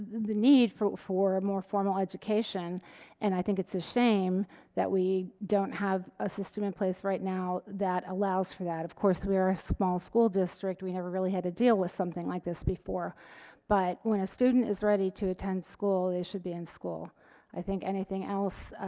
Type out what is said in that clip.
the need for for a more formal education and i think it's a shame that we don't have a system in place right now that allows for that of course we are a small school district we never really had to deal with something like this before but when a student is ready to attend school they should be in school i think anything else